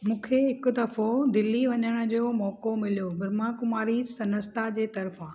मूंखे हिकु दफ़ो दिल्ली वञण जो मौको मिलियो ब्रह्मा कुमारी संस्था जे तरफ़ां